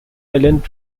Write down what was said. island